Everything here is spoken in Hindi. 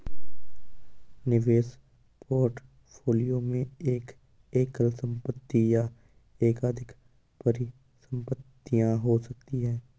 निवेश पोर्टफोलियो में एक एकल संपत्ति या एकाधिक परिसंपत्तियां हो सकती हैं